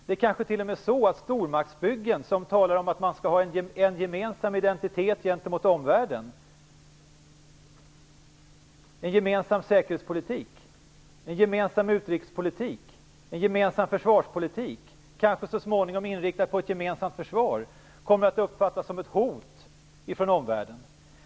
Det kanske t.o.m. är så att stormaktsbyggen, som talar om att man skall ha en gemensam identitet gentemot omvärlden, en gemensam säkerhetspolitik, en gemensam utrikespolitik, en gemensam försvarspolitik, kanske så småningom inriktad på ett gemensamt försvar, kommer att uppfattas som ett hot från omvärlden.